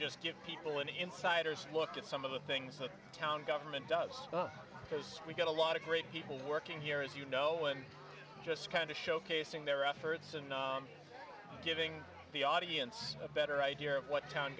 just give people an insider's look at some of the things that town government does because we've got a lot of great people working here as you know and just kind of showcasing their efforts and giving the audience a better idea of what town